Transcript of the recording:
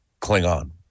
Klingon